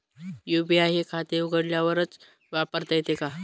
UPI हे खाते उघडल्यावरच वापरता येते का?